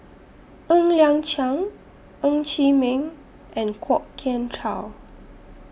Ng Liang Chiang Ng Chee Meng and Kwok Kian Chow